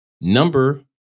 Number